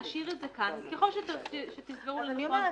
להשאיר את זה כאן, וככל שתמצאו לנכון